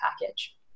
package